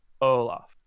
Olaf